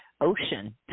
ocean